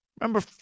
Remember